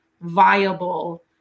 viable